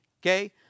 okay